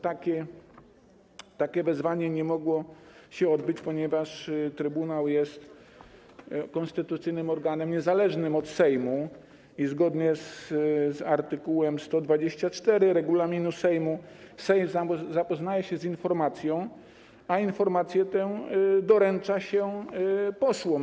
Takie wezwanie nie mogło się odbyć, ponieważ trybunał jest konstytucyjnym organem niezależnym od Sejmu i zgodnie z art. 124 regulaminu Sejmu Sejm zapoznaje się z informacją, a informację tę doręcza się posłom.